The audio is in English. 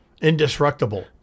Indestructible